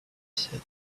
said